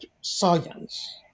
science